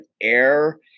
air